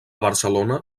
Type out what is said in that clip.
barcelona